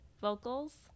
vocals